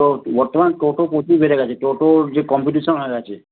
ও বর্তমানে টোটো প্রচুর বেড়ে গেছে টোটোর যে কম্পিটিশান হয়ে গেছে